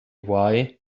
why